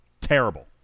Terrible